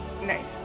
Nice